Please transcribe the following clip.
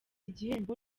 igihembo